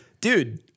dude –